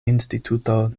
instituto